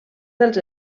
dels